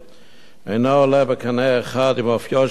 אינה עולה בקנה אחד עם אופיו של ועד החינוך,